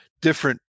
different